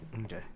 Okay